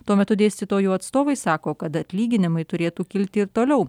tuo metu dėstytojų atstovai sako kad atlyginimai turėtų kilti ir toliau